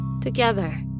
together